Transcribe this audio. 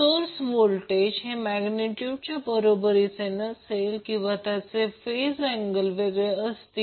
तर source voltage हे magnitude च्या बरोबरीचे नसेल किंवा त्याचे फेज अँगल वेगळे असतील